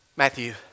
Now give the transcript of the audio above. Matthew